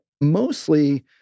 mostly